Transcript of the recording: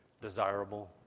desirable